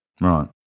Right